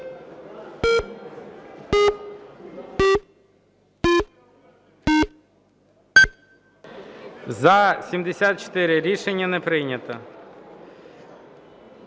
За-85 Рішення не прийнято.